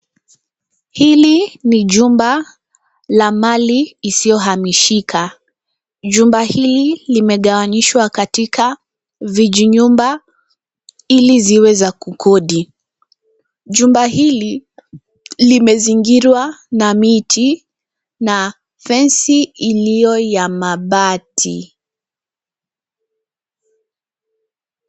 Hili ni jumba la mali isiyohamishika. Jumba hili limegawanyishwa katika vijinyumba ili ziwe za kukodi. Jumba hili limezingirwa na miti na fensi iliyo ya mabati.